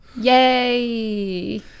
Yay